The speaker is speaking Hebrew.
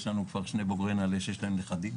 יש כבר שני בוגרי נעל"ה שיש להם נכדים.